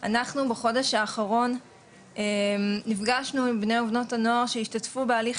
אנחנו בחודש האחרון נפגשנו עם בני ובנות הנוער שהשתתפו בהליך